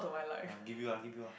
!huh! give you ah give you ah